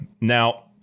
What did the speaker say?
now